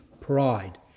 pride